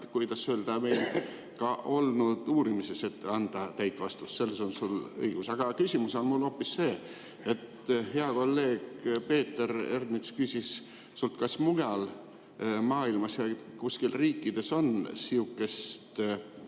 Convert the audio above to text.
kuidas öelda, meil ka olnud uurimises, et võiks anda täit vastutust. Selles on sul õigus. Aga küsimus on mul hoopis see. Hea kolleeg Peeter Ernits küsis sinult, kas mujal maailmas kuskil riikides on sihukest